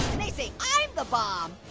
they say i'm the bomb.